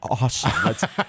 awesome